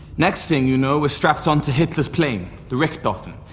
next thing you know, we're strapped onto hitler's plane, the richthofen,